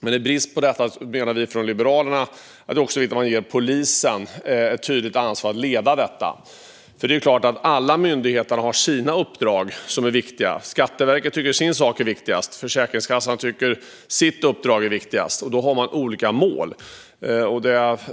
Men i brist på detta menar vi från Liberalerna att det också är viktigt att man ger polisen ett tydligt ansvar att leda arbetet. Alla myndigheter har ju sina uppdrag som är viktiga. Skatteverket tycker att deras sak är viktigast. Försäkringskassan tycker att deras uppdrag är viktigast. Då har man olika mål.